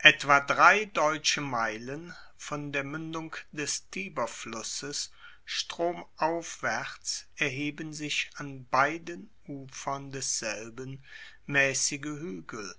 etwa drei deutsche meilen von der muendung des tiberflusses stromaufwaerts erheben sich an beiden ufern desselben maessige huegel